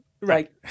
right